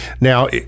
Now